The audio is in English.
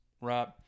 right